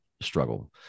struggle